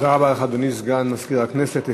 תודה רבה לך, אדוני סגן מזכיר הכנסת.